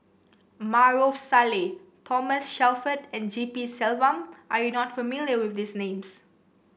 Maarof Salleh Thomas Shelford and G P Selvam are you not familiar with these names